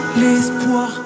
l'espoir